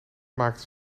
maakte